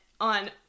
on